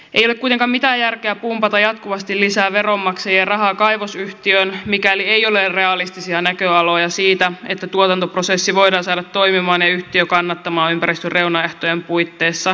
ei ole kuitenkaan mitään järkeä pumpata jatkuvasti lisää veronmaksajien rahaa kaivosyhtiöön mikäli ei ole realistisia näköaloja siitä että tuotantoprosessi voidaan saada toimimaan ja yhtiö kannattamaan ympäristön reunaehtojen puitteissa